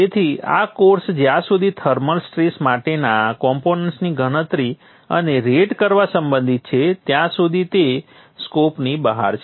તેથી આ કોર્સ જ્યાં સુધી થર્મલ સ્ટ્રેસ માટેના કોમ્પોનન્ટ્સની ગણતરી અને રેટ કરવા સંબંધિત છે ત્યાં સુધી તે સ્કોપની બહાર છે